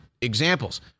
examples